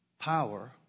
power